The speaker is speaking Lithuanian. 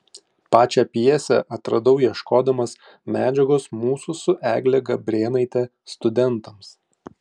pačią pjesę atradau ieškodamas medžiagos mūsų su egle gabrėnaite studentams